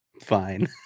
Fine